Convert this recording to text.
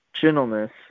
gentleness